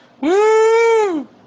Woo